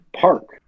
Park